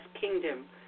kingdom